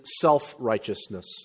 self-righteousness